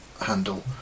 handle